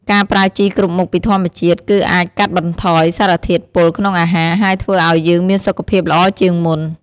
ការប្រើជីគ្រប់មុខពីធម្មជាតិ គឺអាចកាត់បន្ថយសារធាតុពុលក្នុងអាហារ ហើយធ្វើអោយយើងមានសុខភាពល្អជាងមុន។